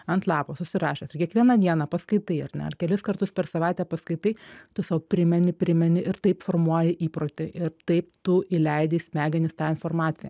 ant lapo susirašęs ir kiekvieną dieną paskaitai ar ne ar kelis kartus per savaitę paskaitai tu sau primeni primeni ir taip formuoji įprotį ir taip tu įleidi į smegenis tą informaciją